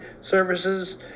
services